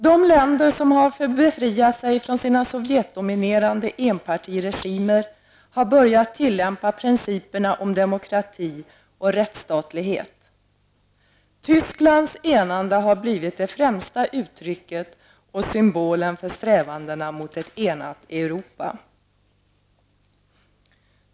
De länder som har befriat sig från sina sovjetdominerade enpartiregimer har börjat tillämpa principerna om demokrati och rättsstatlighet. Tysklands enande har blivit det främsta uttrycket och symbolen för strävandena mot ett enat Europa.